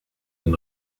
den